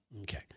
Okay